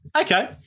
Okay